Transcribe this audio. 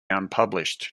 unpublished